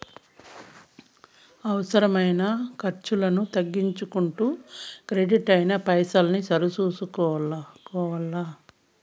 అవసరమైన కర్సులను తగ్గించుకుంటూ కెడిట్ అయిన పైసల్ని సరి సూసుకోవల్ల